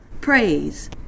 praise